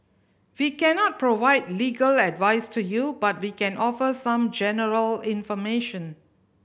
we cannot provide legal advice to you but we can offer some general information